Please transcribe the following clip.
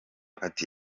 ati